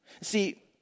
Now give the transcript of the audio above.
see